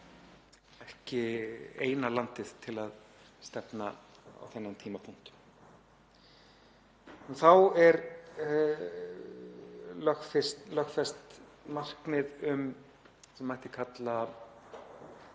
ekki eina landið til að stefna á þennan tímapunkt. Þá er lögfest markmið um það sem mætti kalla